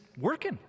working